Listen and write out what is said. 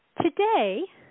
Today